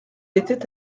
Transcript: était